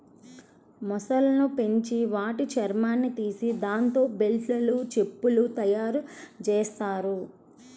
మొసళ్ళను పెంచి వాటి చర్మాన్ని తీసి దాంతో బెల్టులు, చెప్పులు తయ్యారుజెత్తారు